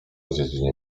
dziedzinie